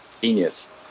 genius